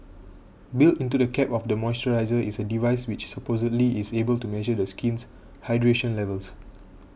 built into the cap of the moisturiser is a device which supposedly is able to measure the skin's hydration levels